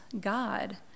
God